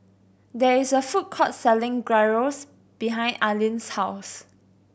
there is a food court selling Gyros behind Arlyn's house